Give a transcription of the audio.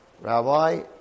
Rabbi